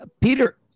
Peter